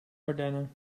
ardennen